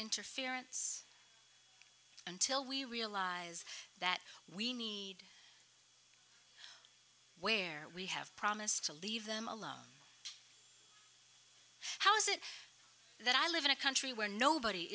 interference until we realize that we need where we have promised to leave them alone how is it that i live in a country where nobody